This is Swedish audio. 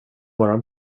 morgon